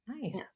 Nice